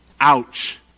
Ouch